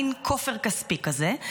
מין כופר כספי כזה,